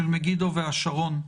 של מגידו והשרון,